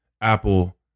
Apple